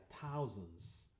thousands